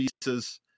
pieces